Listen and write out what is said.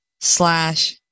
slash